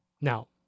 Now